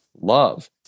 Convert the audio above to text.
Love